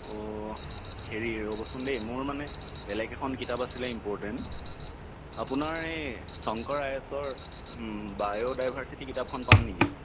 অঁ হেৰি ৰ'বচোন দেই মোৰ মানে বেলেগ এখন কিতাপ আছিলে ইম্প'ৰ্টেণ্ট আপোনাৰ এই শংকৰ আই এ এছৰ বায়'ডাইভাৰ্চিটি কিতাপখন পাম নেকি